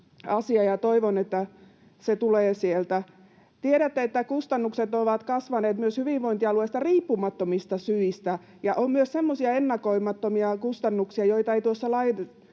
toivon, että se tulee sieltä. Tiedätte, että kustannukset ovat kasvaneet myös hyvinvointialueista riippumattomista syistä ja on myös semmoisia ennakoimattomia kustannuksia, joita ei tuossa lainsäädännön